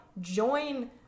join